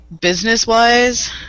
business-wise